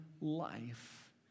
life